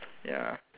ya